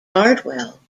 cardwell